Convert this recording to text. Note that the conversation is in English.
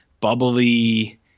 bubbly